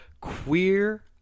Queer